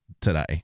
today